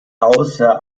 ausser